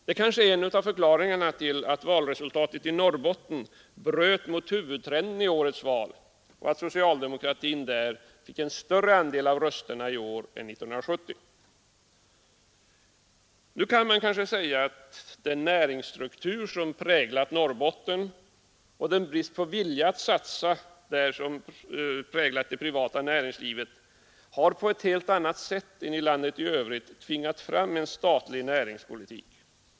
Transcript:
Det kanske är en av förklaringarna till att valresultatet i Norrbotten bröt mot huvudtrenden i årets val och att socialdemokratin där fick en större andel av rösterna i år än 1970. Nu kan man kanske säga att den näringsstruktur som präglat Norrbotten och den brist på vilja att satsa där som utmärkt det privata näringslivet på ett helt annat sätt än i landet i övrigt har tvingat fram en statlig näringspolitik.